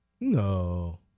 No